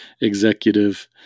executive